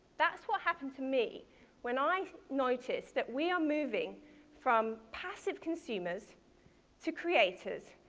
that's what happened to me when i noticed that we are moving from passive consumers to creators,